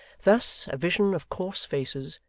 thus a vision of coarse faces,